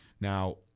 Now